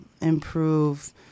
improve